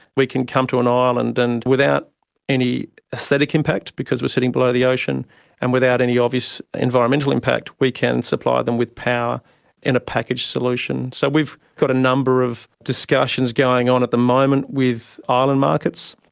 we can come to an island, and without any aesthetic impact because we are sitting below the ocean and without any obvious environmental impact we can supply them with power in a package solution. so we've got a number of discussions going on at the moment with ah island markets,